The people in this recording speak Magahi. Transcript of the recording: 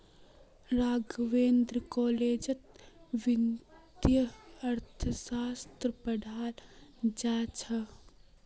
राघवेंद्र कॉलेजत वित्तीय अर्थशास्त्र पढ़ाल जा छ